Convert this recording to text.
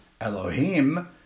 Elohim